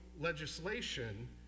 legislation